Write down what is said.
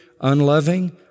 unloving